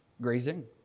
grazing